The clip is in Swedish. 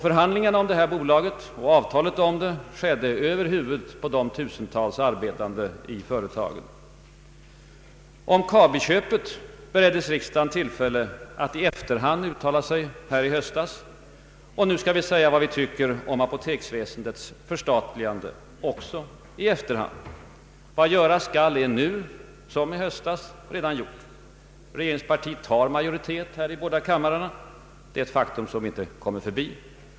Förhandlingarna om detta bolag — och träffandet av avtal — skedde över huvudet på de tusentals arbetande i företagen. Om KABI-köpet bereddes riksdagen tillfälle att i efterhand uttala sig i höstas, och nu skall vi säga vad vi tycker om apoteksväsendets förstatligande, också i efterhand. Vad göras skall är — nu som i höstas — redan gjort. Regeringspartiet har majoritet i båda kamrarna. Det är ett faktum som vi inte kommer ifrån.